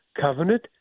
covenant